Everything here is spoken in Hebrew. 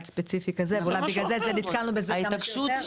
ספציפי כזה ואולי בגלל זה נתקלנו בזה הרבה.